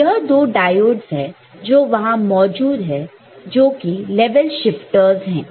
तो यह दो डायोड्स है जो वहां मौजूद है जो कि लेवल शिफ्टर्स है